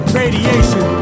radiation